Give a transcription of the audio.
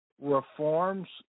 Reforms